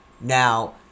Now